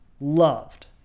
loved